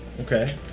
Okay